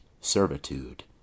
servitude